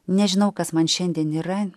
nežinau kas man šiandien yra